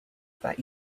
that